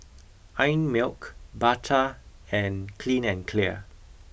Einmilk Bata and Clean and Clear